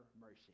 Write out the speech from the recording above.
mercy